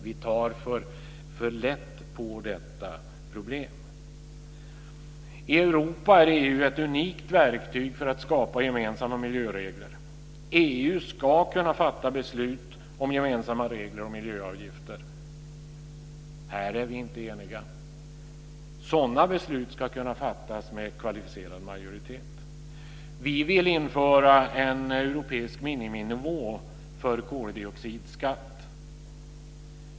Vi tar för lätt på detta problem. I Europa är EU ett unikt verktyg för att skapa gemensamma miljöregler. EU ska kunna fatta beslut om gemensamma regler och miljöavgifter. Här är vi inte eniga. Sådana beslut ska kunna fattas med kvalificerad majoritet. Vi vill införa en europeisk miniminivå för koldioxidskatt.